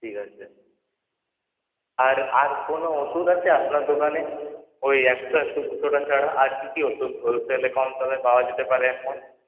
ঠিক আছে আর আর কোনো ওষুধ আছে আপনার দোকানে ওই একশো একশো দুশো টাকার আর কি কি ওষুধ হোলসেলে কম দামে পাওয়া যেতে পারে এখন